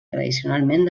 tradicionalment